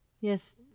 Yes